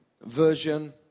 version